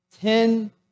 Ten